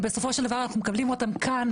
אם בסופו של דבר אנחנו מקבלים אותם כאן,